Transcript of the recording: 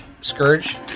Scourge